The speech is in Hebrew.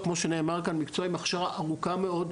כמו שנאמר כאן, זה מקצוע עם הכשרה ארוכה מאוד.